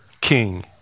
king